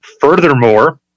Furthermore